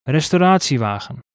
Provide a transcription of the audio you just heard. Restauratiewagen